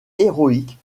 héroïque